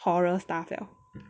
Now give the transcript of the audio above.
horror stuff liao